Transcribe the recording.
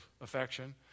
Affection